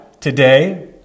today